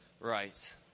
Right